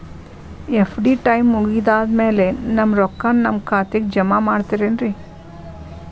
FD time ಮುಗಿದಾದ್ ಮ್ಯಾಲೆ ನಮ್ ರೊಕ್ಕಾನ ನಮ್ ಖಾತೆಗೆ ಜಮಾ ಮಾಡ್ತೇರೆನ್ರಿ?